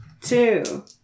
two